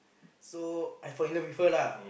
so I fall in love with her lah